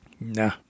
Nah